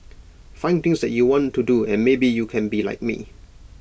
find things that you want to do and maybe you can be like me